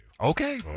Okay